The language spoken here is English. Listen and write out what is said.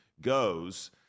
goes